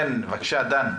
בבקשה, דן.